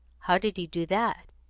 how did he do that?